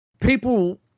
people